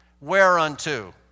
whereunto